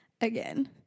again